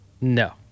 No